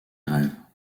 grèves